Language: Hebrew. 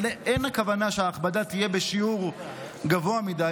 אבל אין הכוונה שההכבדה תהיה בשיעור גבוה מדי,